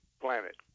planet